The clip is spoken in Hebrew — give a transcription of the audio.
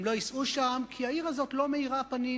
הם לא ייסעו שם, כי העיר הזאת לא מאירה פנים